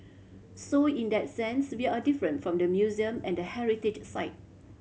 so in that sense we are different from the museum and the heritage site